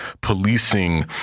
policing